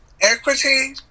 Equity